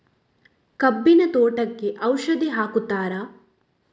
ಕಬ್ಬಿನ ತೋಟಕ್ಕೆ ಔಷಧಿ ಹಾಕುತ್ತಾರಾ?